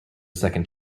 second